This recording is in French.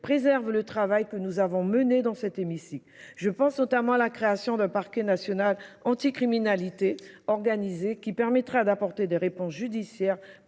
préserve le travail que nous avons mené dans cet hémicycle. Je pense notamment à la création d'un Parquet national anti-criminalité organisé qui permettrait d'apporter des réponses judiciaires